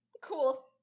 Cool